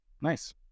Nice